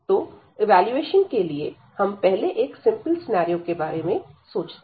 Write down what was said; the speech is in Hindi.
तो इवैल्यूएशन के लिए हम पहले एक सिंपल सिनेरियो के बारे में सोचते हैं